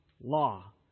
law